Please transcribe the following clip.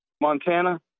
Montana